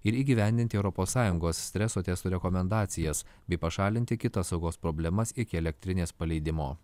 ir įgyvendinti europos sąjungos streso testų rekomendacijas bei pašalinti kitas saugos problemas iki elektrinės paleidimo